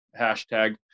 hashtag